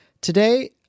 Today